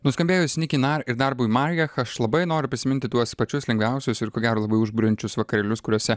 nuskambėjus nikinar ir darbui margeh aš labai noriu prisiminti tuos pačius lengviausius ir ko gero labai užburiančius vakarėlius kuriuose